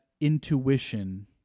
intuition